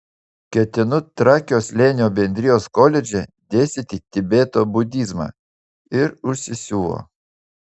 ketinu trakio slėnio bendrijos koledže dėstyti tibeto budizmą ir užsisiuvo